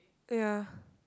oh ya